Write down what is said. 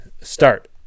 start